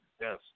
yes